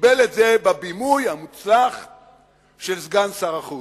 קיבל את זה בבימוי המוצלח של סגן שר החוץ.